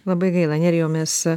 labai gaila nerijau mes